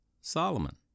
Solomon